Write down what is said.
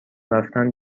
رفتن